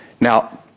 Now